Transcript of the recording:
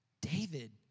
David